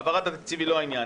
העברת התקציב היא לא העניין,